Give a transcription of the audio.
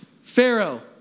Pharaoh